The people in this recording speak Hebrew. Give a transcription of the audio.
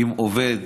אם עובד